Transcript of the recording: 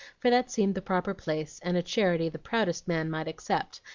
for that seemed the proper place, and a charity the proudest man might accept,